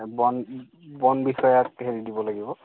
বন বন বিষয়াত হেৰি দিব লাগিব